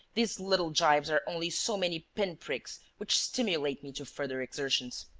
these little gibes are only so many pin-pricks which stimulate me to further exertions.